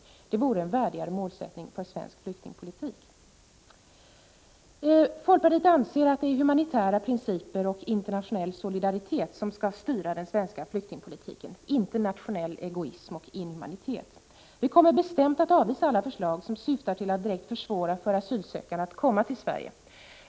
Ett sådant handlande skulle visa på en värdigare målsättning för svensk flyktingpolitik. Folkpartiet anser att det är humanitära principer och internationell solidaritet som skall styra den svenska flyktingpolitiken — inte nationell egoism och inhumanitet. Vi kommer bestämt att avvisa alla förslag som syftar till att direkt försvåra för asylsökande att komma till Sverige.